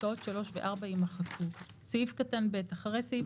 פסקאות (3) ו-(4) יימחקו; (ב)אחרי סעיף